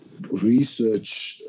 research